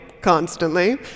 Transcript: constantly